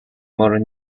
more